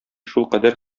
шулкадәр